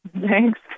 Thanks